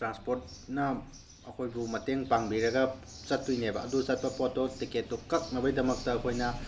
ꯇ꯭ꯔꯥꯟꯁꯄꯣꯠꯅ ꯑꯩꯈꯣꯏꯕꯨ ꯃꯇꯦꯡ ꯄꯥꯡꯕꯤꯔꯒ ꯆꯠꯇꯣꯏꯅꯦꯕ ꯑꯗꯨ ꯆꯠꯄ ꯄꯣꯠꯇꯣ ꯇꯤꯛꯀꯦꯠꯇꯣ ꯀꯛꯅꯕꯒꯤꯗꯃꯛꯇ ꯑꯩꯈꯣꯏꯅ